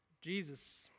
Jesus